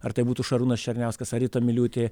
ar tai būtų šarūnas černiauskas ar rita miliūtė